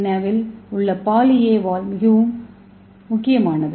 ஏவில் உள்ள poly A வால் வரிசை மிகவும் முக்கியமானது